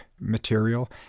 material